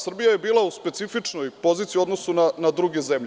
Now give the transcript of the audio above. Srbija je bila u specifičnoj poziciji u odnosu na druge zemlje.